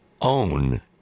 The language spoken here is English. own